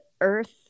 Earth